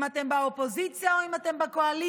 אם אתם באופוזיציה או אם אתם בקואליציה.